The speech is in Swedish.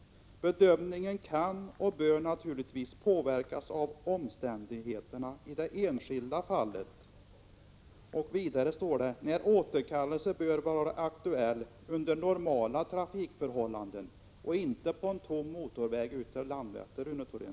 Bedömningen kan — och bör — naturligtvis påverkas av omständigheterna i det enskilda fallet.” Vidare står det att ”återkallelse bör vara aktuell under normala trafikförhållanden” — och inte på en tom motorväg ut till Landvetter, Rune Thorén.